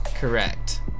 Correct